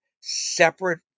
separate